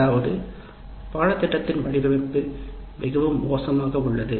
அதாவது பாடத்திட்டத்தின் வடிவமைப்பு மிகவும் மோசமாக உள்ளது